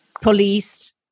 policed